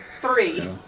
Three